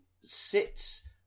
sits